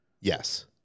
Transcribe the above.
Yes